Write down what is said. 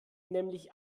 nämlich